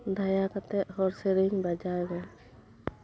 ᱫᱟᱭᱟ ᱠᱟᱛᱮᱫ ᱦᱚᱲ ᱥᱮᱹᱨᱮᱹᱧ ᱵᱟᱡᱟᱣ ᱢᱮ